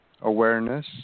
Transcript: awareness